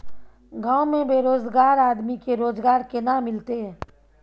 गांव में बेरोजगार आदमी के रोजगार केना मिलते?